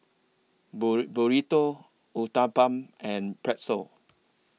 Burrito Uthapam and Pretzel